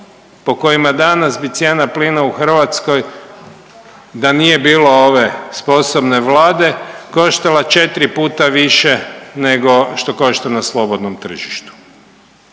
po kojima danas bi cijena plina u Hrvatskoj da nije bilo ove sposobne Vlade koštala 4 puta više nego što košta na slobodnom tržištu,